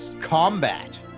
combat